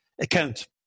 account